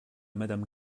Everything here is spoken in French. madame